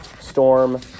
storm